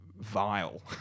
vile